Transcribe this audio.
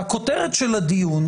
הכותרת של הדיון,